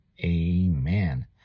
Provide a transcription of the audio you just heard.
Amen